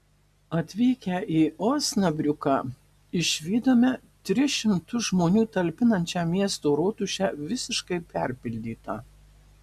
atvykę į osnabriuką išvydome tris šimtus žmonių talpinančią miesto rotušę visiškai perpildytą